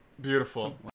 Beautiful